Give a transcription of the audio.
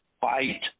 fight